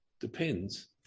depends